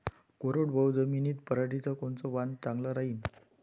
कोरडवाहू जमीनीत पऱ्हाटीचं कोनतं वान चांगलं रायीन?